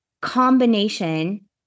combination